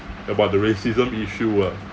about the racism issue ah